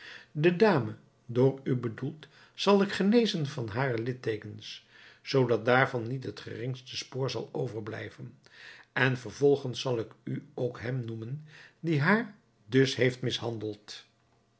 de dame door u bedoeld zal ik genezen van hare likteekens zoodat daarvan niet het geringste spoor zal overblijven en vervolgens zal ik u ook hem noemen die haar dus heeft mishandeld